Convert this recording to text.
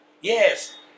Yes